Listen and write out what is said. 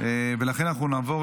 לכן אנחנו נעבור